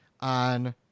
on